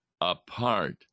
apart